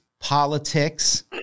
politics